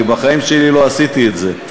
בחיים שלי לא עשיתי את זה.